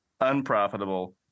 unprofitable